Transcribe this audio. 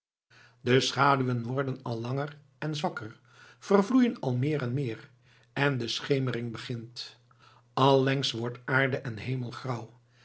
de schaduwen worden al langer en zwakker vervloeien al meer en meer en de schemering begint allengs wordt aarde en hemel grauw